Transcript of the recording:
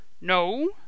No